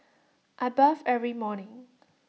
I bath every morning